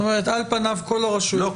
לא כל.